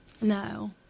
No